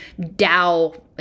DAO